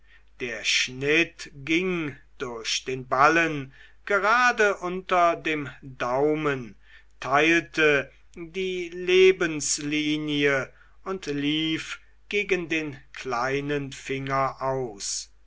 der schnitt ging durch den ballen gerade unter dem daumen teilte die lebenslinie und lief gegen den kleinen finger aus